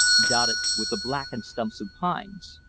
dotted with the blackened stumps of pines.